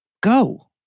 go